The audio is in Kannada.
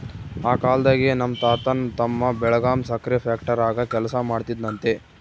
ಆ ಕಾಲ್ದಾಗೆ ನಮ್ ತಾತನ್ ತಮ್ಮ ಬೆಳಗಾಂ ಸಕ್ರೆ ಫ್ಯಾಕ್ಟರಾಗ ಕೆಲಸ ಮಾಡ್ತಿದ್ನಂತೆ